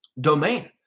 domain